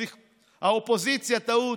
האופוזיציה, טעות.